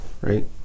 right